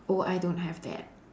oh I don't have that